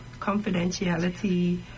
confidentiality